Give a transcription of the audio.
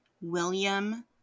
William